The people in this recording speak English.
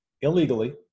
illegally